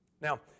Now